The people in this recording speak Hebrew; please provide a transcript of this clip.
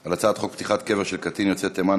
על הצעת חוק פתיחת קבר של קטין יוצא תימן,